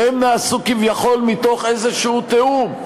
שהן נעשו כביכול מתוך איזה תיאום,